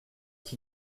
qui